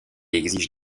exige